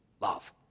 love